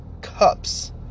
cups